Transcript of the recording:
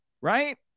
right